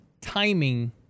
timing